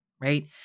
right